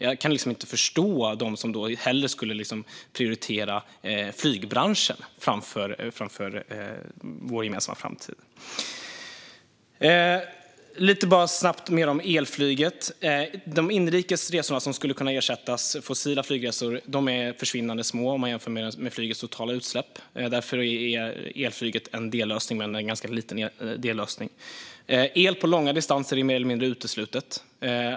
Och jag kan inte förstå dem som hellre skulle prioritera flygbranschen framför vår gemensamma framtid. Jag ska lite snabbt säga något mer om elflyget. De inrikes fossila flygresorna som skulle kunna ersättas är försvinnande små om man jämför med flygets totala utsläpp. Därför är elflyget en dellösning men en ganska liten dellösning. Elflyg på långa distanser är mer eller mindre uteslutet.